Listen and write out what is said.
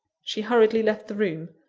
she hurriedly left the room.